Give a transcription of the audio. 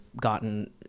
gotten